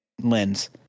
lens